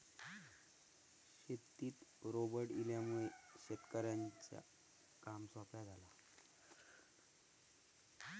शेतीत रोबोट इल्यामुळे शेतकऱ्यांचा काम सोप्या झाला